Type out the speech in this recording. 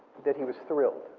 that he was thrilled.